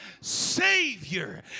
savior